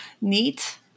Neat